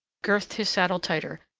girthed his saddle tighter,